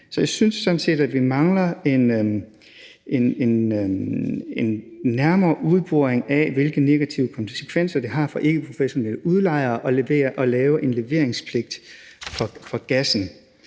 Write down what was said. Så jeg synes sådan set, at vi mangler en nærmere udboring af, hvilke negative konsekvenser det har for ikkeprofessionelle udlejere at lave en leveringspligt for gassen.